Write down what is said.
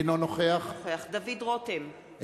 אינו נוכח דוד רותם,